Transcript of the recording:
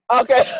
Okay